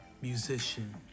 musician